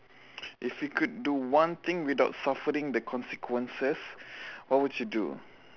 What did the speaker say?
if you could do one thing without suffering the consequences what would you do